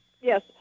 Yes